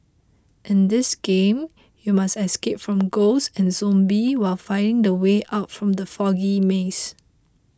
in this game you must escape from ghosts and zombies while finding the way out from the foggy maze